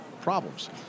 problems